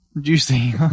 Juicy